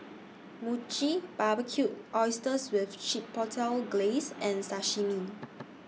Mochi Barbecued Oysters with Chipotle Glaze and Sashimi